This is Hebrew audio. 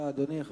אדוני, תודה.